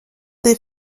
des